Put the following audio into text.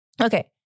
Okay